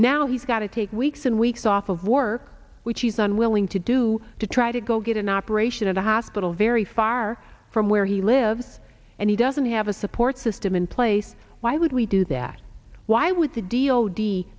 now he's got to take weeks and weeks off of work which he's unwilling to do to try to go get an operation at a hospital very far from where he lives and he doesn't have a support system in place why would we do that why would the deal